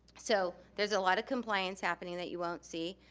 so, there's a lot of compliance happening that you won't see.